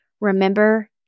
remember